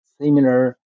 similar